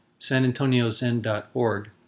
sanantoniozen.org